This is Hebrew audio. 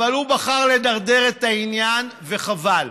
אבל הוא בחר לדרדר את העניין, וחבל.